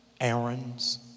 errands